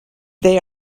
they